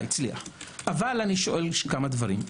אבל אני שואל כמה דברים.